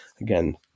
Again